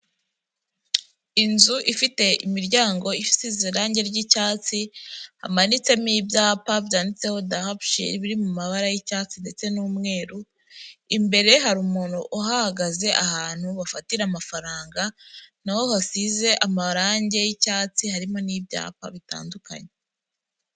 Inzu ifite imiryango isize irange ry'icyatsi hamanitsemo ibyapa byanditseho dahapushi biri mu mabara y'icyatsi ndetse n'umweru, imbere hari umuntu uhahagaze ahantu bafatira amafaranga naho hasize amarange y'icyatsi, harimo n'ibyapa bitandukanye.